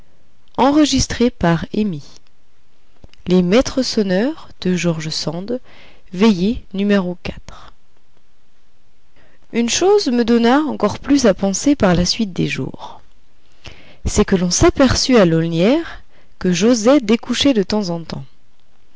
veillée une chose me donna encore plus à penser par la suite des jours c'est que l'on s'aperçut à l'aulnières que joset découchait de temps en temps